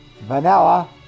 vanilla